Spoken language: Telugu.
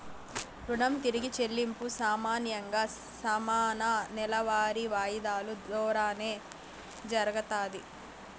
రుణం తిరిగి చెల్లింపు సామాన్యంగా సమాన నెలవారీ వాయిదాలు దోరానే జరగతాది